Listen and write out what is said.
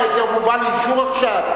זה מובא לאישור עכשיו?